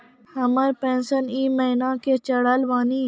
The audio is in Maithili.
हमर पेंशन ई महीने के चढ़लऽ बानी?